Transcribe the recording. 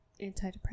antidepressant